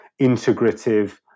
integrative